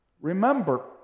Remember